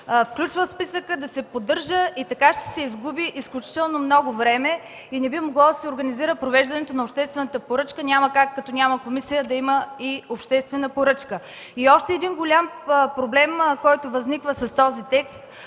включи в списъка, да се поддържа и така ще се изгуби изключително много време и не би могло да се организира провеждането на обществената поръчка. Няма как като няма комисия да има и обществена поръчка. И още един голям проблем, който възниква с този текст.